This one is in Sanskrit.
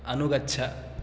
अनुगच्छ